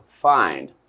find